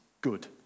good